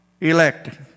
elected